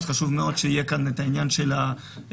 אז חשוב מאוד שיהיה כאן את העניין של ההשהיה,